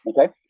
Okay